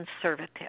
conservative